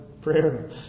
prayer